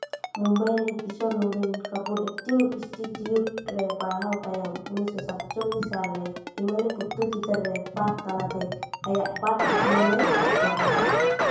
ᱢᱩᱢᱵᱚᱭ ᱨᱮᱱ Kishore Nabin Kapoor acting institute ᱨᱮ ᱯᱟᱲᱦᱟᱣ ᱛᱟᱭᱚᱢ ᱩᱱᱤᱥᱥᱚ ᱥᱟᱛᱪᱚᱞᱞᱤᱥ ᱥᱟᱞᱨᱮ ᱦᱤᱢᱟᱞᱚᱭ ᱯᱩᱛᱨᱚ ᱪᱤᱛᱟᱹᱨ ᱨᱮ ᱯᱟᱨᱴ ᱛᱟᱞᱟᱛᱮ ᱟᱭᱟᱜ ᱯᱟᱨᱴ ᱡᱤᱭᱚᱱᱮ ᱮᱛᱚᱦᱚᱵ ᱞᱮᱫᱟ